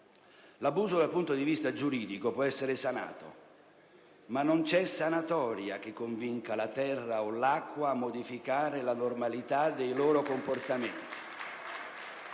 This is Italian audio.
L'abuso dal punto di vista giuridico può essere sanato, ma non c'è sanatoria che convinca la terra o l'acqua a modificare la normalità dei loro comportamenti.